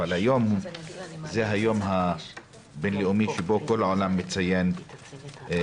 אבל היום זה היום הבין לאומי שבו כל העולם מציין את